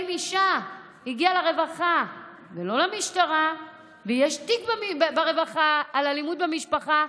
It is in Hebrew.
אם אישה הגיעה לרווחה ולא למשטרה ויש תיק ברווחה על אלימות במשפחה,